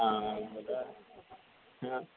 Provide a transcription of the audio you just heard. हां बरं हां